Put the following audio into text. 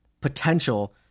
Potential